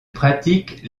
pratiquent